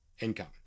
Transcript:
income